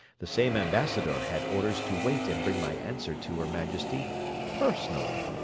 the same ambassador had orders to wait and bring my answer to her majesty personally,